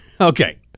okay